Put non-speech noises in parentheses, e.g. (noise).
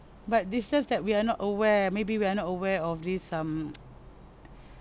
but it's just that we are not aware maybe we're not aware of this um (noise)